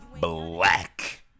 black